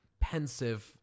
pensive